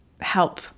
help